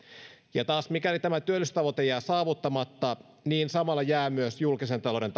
ja mikäli tämä työllisyystavoite jää saavuttamatta samalla jää myös julkisen talouden